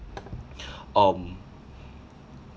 um